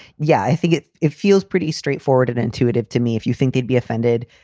yeah, i think it it feels pretty straightforward and intuitive to me. if you think they'd be offended,